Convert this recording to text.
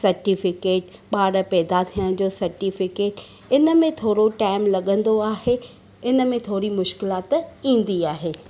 certificate ॿारु पैदा थियण जो सर्टिफिकेट इन में थोरो टाइम लॻंदो आहे इन में थोरी मुश्किलात ईंदी आहे